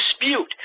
dispute